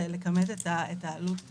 מחקר של הממ"מ אומר בדיוק ההיפך.